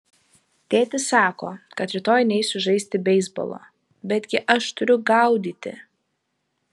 tėtis sako kad rytoj neisiu žaisti beisbolo betgi aš turiu gaudyti